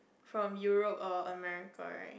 from Europe or America right